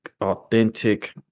authentic